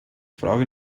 frage